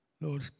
Lord